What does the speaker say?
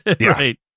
right